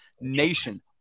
nation